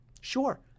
Sure